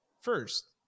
first